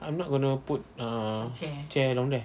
I'm not gonna put uh chair down there